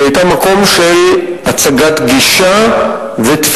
היא היתה מקום של גיבוש גישה ותפיסה.